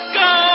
go